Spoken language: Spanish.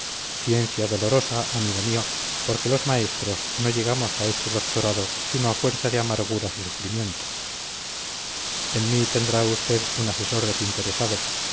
ciencia dolorosa amigo mío porque los maestros no llegamos a este doctorado sino a fuerza de amarguras y sufrimientos en mí tendrá usted un asesor desinteresado